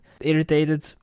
irritated